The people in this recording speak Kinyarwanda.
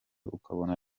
ukabona